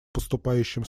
поступающим